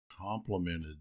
complemented